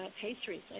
pastries